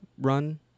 Run